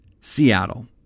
Seattle